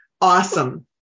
Awesome